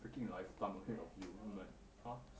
freaking life plan talking about you !huh!